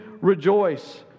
rejoice